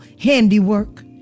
handiwork